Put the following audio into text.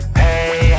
hey